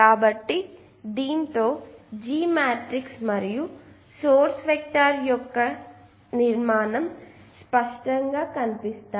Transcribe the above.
కాబట్టి దీంతో G matrix మరియు సోర్స్ వెక్టర్ యొక్క నిర్మాణం స్పష్టంగా కనిపిస్తాయి